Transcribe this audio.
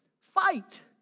fight